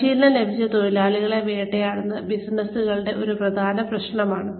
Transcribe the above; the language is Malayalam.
പരിശീലനം ലഭിച്ച തൊഴിലാളികളെ വേട്ടയാടുന്നത് ബിസിനസ്സുകളുടെ ഒരു പ്രധാന പ്രശ്നമാണ്